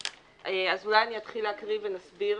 אז אולי אני אתחיל להקריא ונסביר?